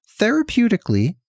therapeutically